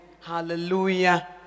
Hallelujah